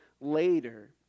later